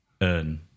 earn